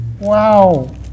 Wow